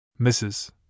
Mrs